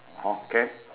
okay